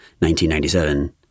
1997